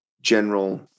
general